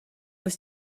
was